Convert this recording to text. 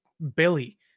billy